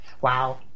Wow